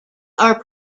are